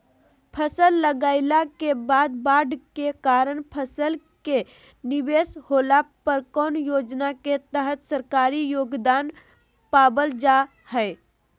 फसल लगाईला के बाद बाढ़ के कारण फसल के निवेस होला पर कौन योजना के तहत सरकारी योगदान पाबल जा हय?